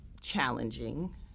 challenging